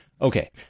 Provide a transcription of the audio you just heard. Okay